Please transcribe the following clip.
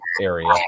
area